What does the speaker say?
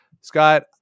Scott